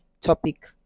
topic